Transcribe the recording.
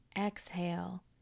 Exhale